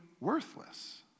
worthless